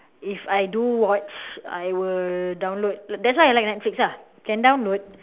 if I do watch I'll download that's why I like netflix lah can download